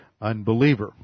unbeliever